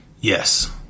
Yes